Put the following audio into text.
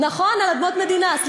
נכון, על אדמות מדינה.